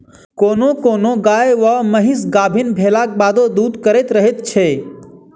कोनो कोनो गाय वा महीस गाभीन भेलाक बादो दूध करैत रहैत छै